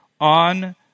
on